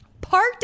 parked